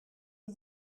een